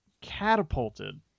catapulted